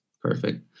Perfect